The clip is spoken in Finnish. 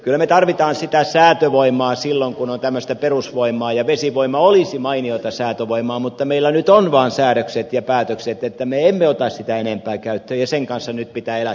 kyllä me tarvitsemme sitä säätövoimaa silloin kun on tämmöistä perusvoimaa ja vesivoima olisi mainiota säätövoimaa mutta meillä nyt on vaan säädökset ja päätökset että me emme ota sitä enempää käyttöön ja sen kanssa nyt pitää elää tällä hetkellä